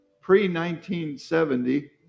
pre-1970